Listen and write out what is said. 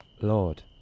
Lord